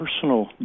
personal